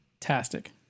fantastic